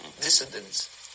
dissidents